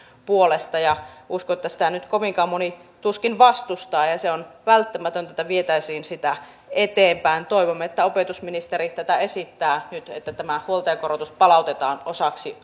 puolesta en usko että sitä nyt kovinkaan moni vastustaa ja ja on välttämätöntä että vietäisiin sitä eteenpäin toivomme että opetusministeri esittää nyt sitä että tämä huoltajakorotus palautetaan osaksi